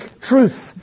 truth